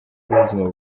rw’ubuzima